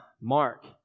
Mark